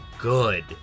good